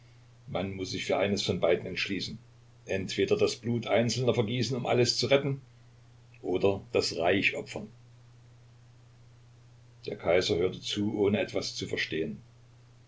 man muß sich für eines von beiden entschließen entweder das blut einzelner vergießen um alles zu retten oder das reich opfern der kaiser hörte zu ohne etwas zu verstehen